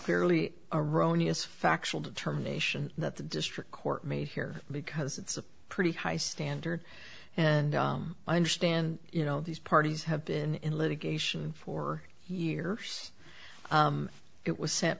clearly erroneous factual determination that the district court made here because it's a pretty high standard and i understand you know these parties have been in litigation for years it was sent